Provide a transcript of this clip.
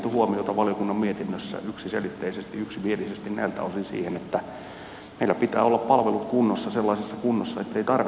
täällä valiokunnan mietinnössä on kiinnitetty huomiota yksiselitteisesti yksimielisesti näiltä osin siihen että meillä pitää palvelujen olla kunnossa sellaisessa kunnossa ettei tarvetta hakeutua ole